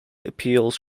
appeals